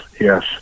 yes